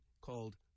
called